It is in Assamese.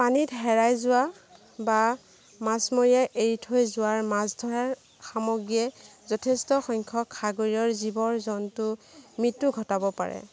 পানীত হেৰাই যোৱা বা মাছমৰীয়াই এৰি থৈ যোৱাৰ মাছ ধৰা সামগ্ৰীয়ে যথেষ্টসংখ্যক সাগৰীয় জীৱ জন্তুৰ মৃত্যু ঘটাব পাৰে